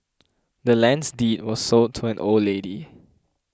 the land's deed was sold to an old lady